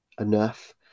enough